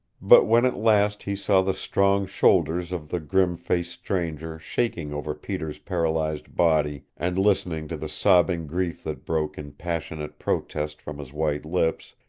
but when at last he saw the strong shoulders of the grim-faced stranger shaking over peter's paralyzed body and listened to the sobbing grief that broke in passionate protest from his white lips,